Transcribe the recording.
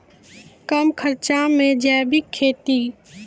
कम खर्च मे जैविक खेती?